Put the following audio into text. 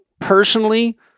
personally